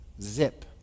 Zip